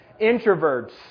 Introverts